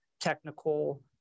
technical